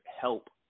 help